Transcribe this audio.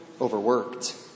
overworked